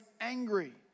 angry